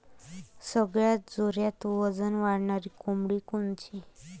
सगळ्यात जोरात वजन वाढणारी कोंबडी कोनची?